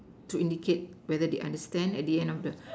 to indicate whether they understand at the end of the